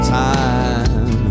time